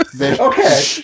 Okay